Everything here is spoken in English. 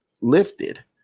lifted